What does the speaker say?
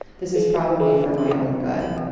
this is probably for my own good.